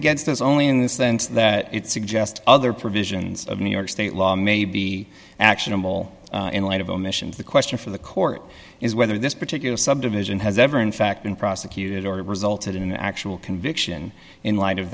against us only in this sense that it suggests other provisions of new york state law may be actionable in light of omissions the question for the court is whether this particular subdivision has ever in fact been prosecuted or resulted in an actual conviction in light of